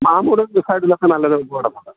സൈഡിലൊക്കെ നല്ല കിടപ്പുണ്ട്